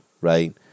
right